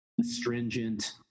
astringent